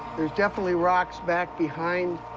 there's definitely rocks back behind